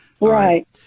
right